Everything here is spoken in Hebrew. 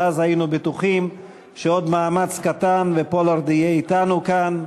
ואז היינו בטוחים שעוד מאמץ קטן ופולארד יהיה אתנו כאן.